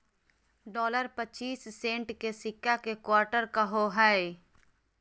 dollar पच्चीस cent के सिक्का के क्वार्टर कहो हइ